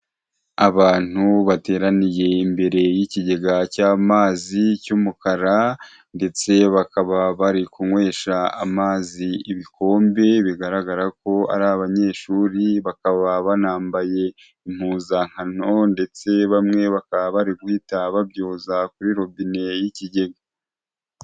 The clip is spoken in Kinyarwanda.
Abantu bateraniye imbere y'ikigega cy'amazi cy'umukara ndetse bakaba bari kunywesha amazi ibikombe bigaragara ko ari abanyeshuri, bakaba banambaye impuzankano, ndetse bamwe bakaba bari guhita babyoza kuri robine y'ikigega.